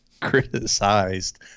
criticized